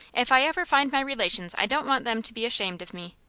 if i ever find my relations i don't want them to be ashamed of me.